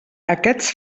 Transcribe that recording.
aquests